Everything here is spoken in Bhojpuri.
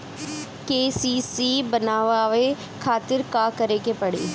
के.सी.सी बनवावे खातिर का करे के पड़ी?